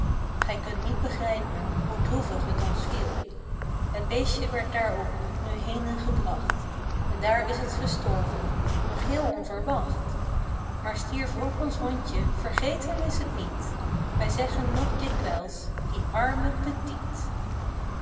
gij kunt niet begrijpen hoe droevig t ons viel het beestje werd daarop nu henen gebracht en daar is t gestorven nog heel onverwacht maar stierf ook ons hondje vergeten is t niet wij zeggen nog dikwijls die arme petit